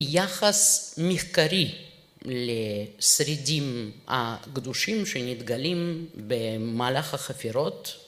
‫יחס מחקרי לשרידים הקדושים ‫שנתגלים במהלך החפירות.